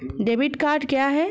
Debit card क्या है?